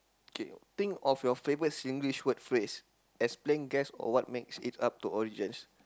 K think of your favourite Singlish word phrase as playing gas or what makes it up to origins